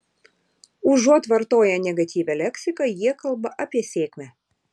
užuot vartoję negatyvią leksiką jie kalba apie sėkmę